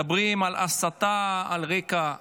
מדברים על הסתה על רקע גזעני,